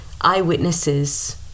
eyewitnesses